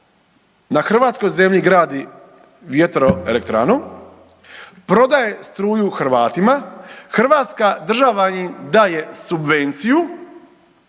na hrvatskoj zemlji gradi vjetroelektranu, prodaje struju Hrvatima, hrvatska država im daje subvenciju,